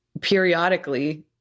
periodically